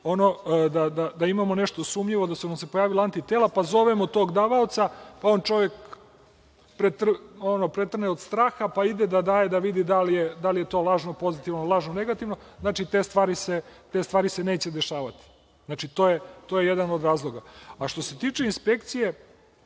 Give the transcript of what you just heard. da imamo nešto sumnjivo, da su nam se pojavila antitela, pa zovemo tog davaoca, pa on pretrne od straha i ide da vidi da li je to lažno pozitivno ili lažno negativno. Znači, te stvari se neće dešavati. To je jedan od razloga. Što se tiče inspekcije,